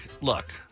look